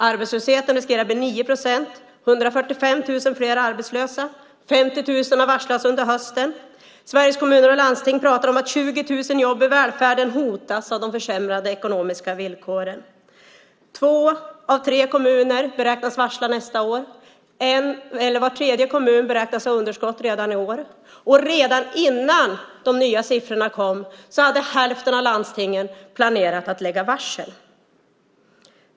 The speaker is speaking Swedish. Arbetslösheten riskerar att bli 9 procent - 145 000 fler arbetslösa. 50 000 har varslats under hösten. Sveriges Kommuner och Landsting pratar om att 20 000 jobb i välfärden hotas av de försämrade ekonomiska villkoren. Två av tre kommuner beräknas varsla nästa år. Var tredje kommun beräknas ha underskott redan i år. Och redan innan de nya siffrorna kom hade hälften av landstingen planerat att lägga varsel.